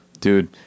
dude